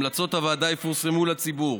המלצות הוועדה יפורסמו לציבור.